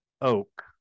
oak